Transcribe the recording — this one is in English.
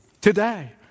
today